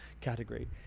category